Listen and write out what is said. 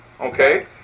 Okay